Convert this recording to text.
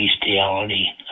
bestiality